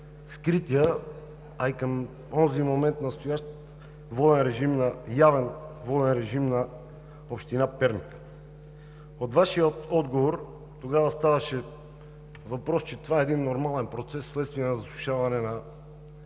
скрития, а и към онзи момент явен воден режим на община Перник. От Вашия отговор тогава ставаше ясно, че това е един нормален процес вследствие на засушаване